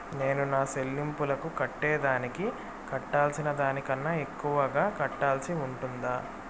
నేను నా సెల్లింపులకు కట్టేదానికి కట్టాల్సిన దానికన్నా ఎక్కువగా కట్టాల్సి ఉంటుందా?